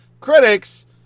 critics